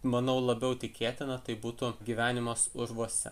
manau labiau tikėtina tai būtų gyvenimas urvuose